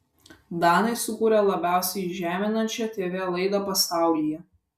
danai sukūrė labiausiai žeminančią tv laidą pasaulyje